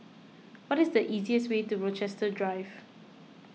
what is the easiest way to Rochester Drive